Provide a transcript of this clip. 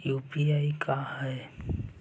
UPI का है?